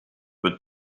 but